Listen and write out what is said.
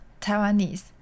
Taiwanese